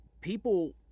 people